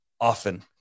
often